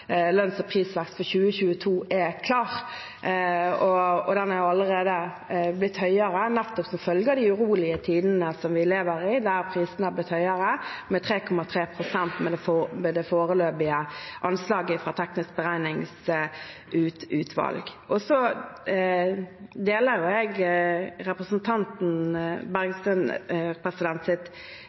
lønns- og prisvekst for 2022 er klar. Den er jo allerede blitt høyere, nettopp som en følge av de urolige tidene som vi lever i, der prisene har blitt høyere, med 3,3 pst. med det foreløpige anslaget fra Teknisk beregningsutvalg. Så deler jeg representanten